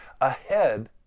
ahead